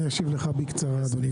אני אשיב לך בקצרה, אדוני.